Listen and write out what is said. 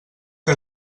que